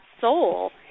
soul